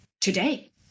today